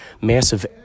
massive